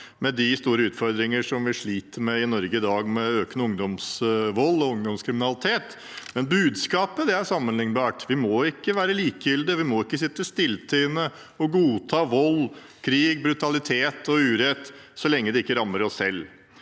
med de store utfordringer vi sliter med i Norge i dag, med økende ungdomsvold og ungdomskriminalitet, men budskapet er sammenlignbart. Vi må ikke være likegyldige. Vi må ikke sitte stilltiende og godta vold, krig, brutalitet og urett så lenge det ikke rammer oss selv.